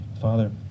Father